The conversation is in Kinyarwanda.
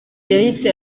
yahise